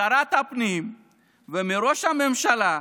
משרת הפנים ומראש הממשלה,